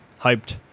hyped